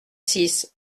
six